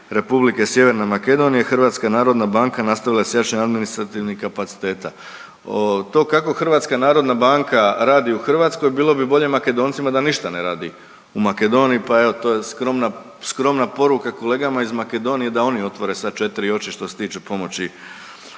Republike Sjeverne Makedonije, Hrvatska narodna banka nastavila je s jačanjem administrativnih kapaciteta. To kako Hrvatska narodna banka radi u Hrvatskoj, bilo bi bolje Makedoncima da ništa ne radi u Makedoniji pa evo to je skromna, skromna poruka kolegama iz Makedonije da oni otvore sva četiri oči što se tiče pomoći,